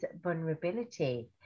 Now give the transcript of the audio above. vulnerability